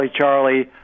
Charlie